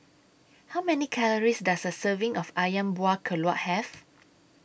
How Many Calories Does A Serving of Ayam Buah Keluak Have